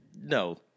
no